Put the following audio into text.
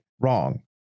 wrong